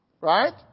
Right